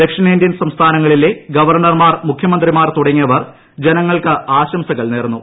ദക്ഷിണേന്ത്യൻ സംസ്ഥാനങ്ങളിലെ ഗവർണർമാർ മുഖ്യമുന്ത്രിമാർ തുടങ്ങിയവർ ജനങ്ങൾക്ക് ആശംസകൾ നേർന്നു